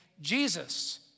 Jesus